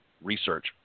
Research